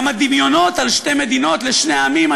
גם הדמיונות על שתי מדינות לשני עמים,